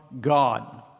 God